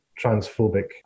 transphobic